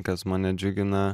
kas mane džiugina